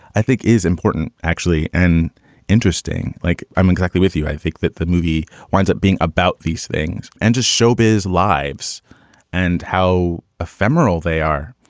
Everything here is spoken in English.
i think is important, actually. and interesting, like i'm exactly with you. i think that the movie why is it being about these things and just showbiz lives and how ephemeral they are?